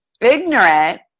ignorant